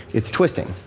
it's twisting.